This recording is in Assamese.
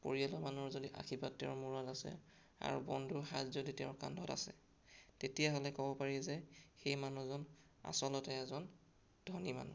পৰিয়ালৰ মানুহৰ যদি আশীৰ্বাদ তেওঁৰ মূৰত আছে আৰু বন্ধুৰ হাত যদি তেওঁৰ কান্ধত আছে তেতিয়াহ'লে ক'ব পাৰি যে সেই মানুহজন আচলতে এজন ধনী মানুহ